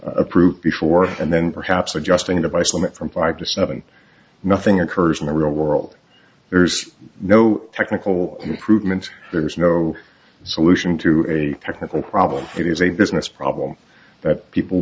approved before and then perhaps adjusting device on it from five to seven nothing occurs in the real world there's no technical improvements there's no solution to any technical problem it is a business problem that people